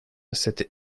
cette